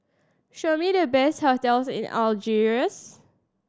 show me the best hotels in Algiers